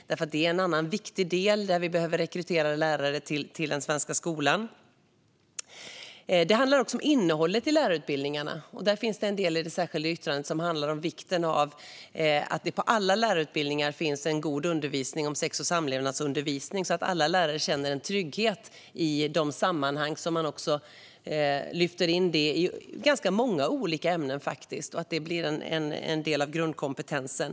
Det är en annan viktig del där vi behöver rekrytera lärare till den svenska skolan. Det handlar också om innehållet i lärarutbildningarna. Det finns en del i det särskilda yttrandet som handlar om vikten av att det på alla lärarutbildningar finns en god undervisning om sex och samlevnadsundervisning så att alla lärare känner en trygghet i de sammanhang där man lyfter in detta. Det är ganska många olika ämnen, och det här blir en del av grundkompetensen.